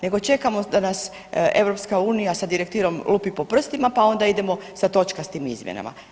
Nego čekamo da nas EU sa direktivom lupi po prstima pa onda idemo sa točkastim izmjenama.